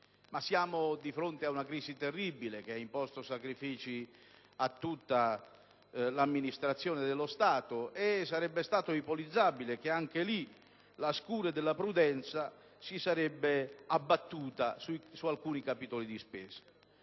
Ma siamo di fronte ad una crisi terribile, che ha imposto sacrifici a tutta l'amministrazione dello Stato e pertanto era ipotizzabile che anche lì la scure della prudenza si sarebbe abbattuta su alcuni capitoli di spesa.